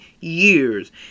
years